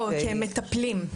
לא, כמטפלים.